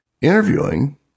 interviewing